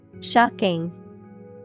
Shocking